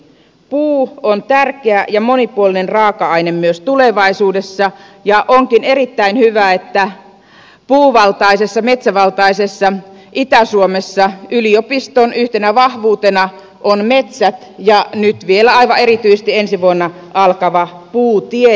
puu on tärkeä ja monipuolinen raaka aine myös tulevaisuudessa ja onkin erittäin hyvä että puuvaltaisessa metsävaltaisessa itä suomessa yliopiston yhtenä vahvuutena ovat metsät ja nyt vielä aivan erityisesti ensi vuonna alkava puutiede